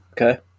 okay